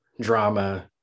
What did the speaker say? drama